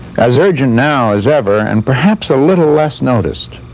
as urgent now as ever and perhaps a little less noticed.